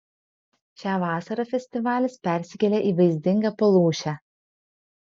šią vasarą festivalis persikėlė į vaizdingą palūšę